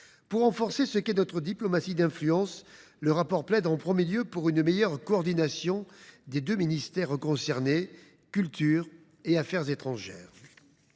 Pour renforcer notre diplomatie d’influence, le rapport plaide notamment pour une meilleure coordination des deux ministères concernés, la culture et les affaires étrangères.